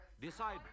Decide